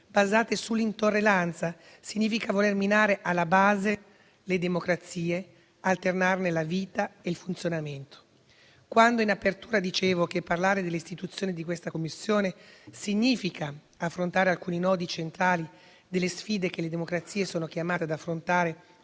basate sull'intolleranza, significa voler minare alla base le democrazie, alternarne la vita e il funzionamento. Quando, in apertura del mio intervento, dicevo che parlare dell'istituzione di questa Commissione significa affrontare alcuni nodi centrali delle sfide che le democrazie sono chiamate ad affrontare